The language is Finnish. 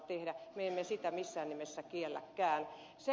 me emme sitä missään nimessä kielläkään